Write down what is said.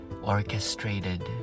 orchestrated